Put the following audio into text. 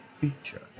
feature